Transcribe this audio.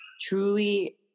truly